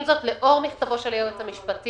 עם זאת, לאור מכתבו של היועץ המשפטי